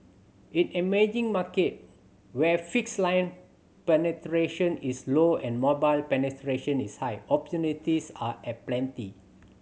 in emerging markets where fixed line penetration is low and mobile penetration is high opportunities are aplenty